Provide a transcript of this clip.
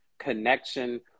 connection